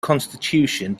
constitution